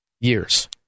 years